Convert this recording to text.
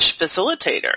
facilitator